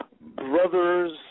brothers